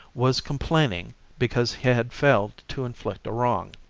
was complaining because he had failed to inflict a wrong.